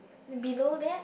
below that